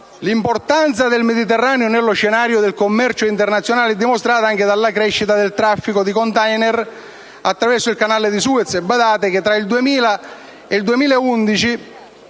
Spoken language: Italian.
l'importanza del Mediterraneo nello scenario del commercio internazionale è dimostrata anche dalla crescita del traffico di *container* attraverso il canale di Suez tra il 2000 ed il 2011,